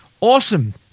Awesome